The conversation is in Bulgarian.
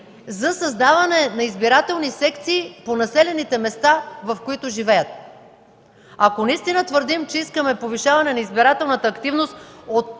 за създаване на избирателни секции по населените места, в които живеят. Ако наистина твърдим, че искаме повишаване на избирателната активност,